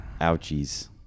ouchies